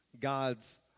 God's